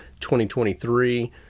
2023